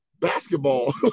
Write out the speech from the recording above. basketball